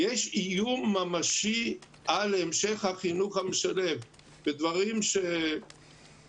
יש איום ממשי על המשך החינוך המשלב, ודברים שחברת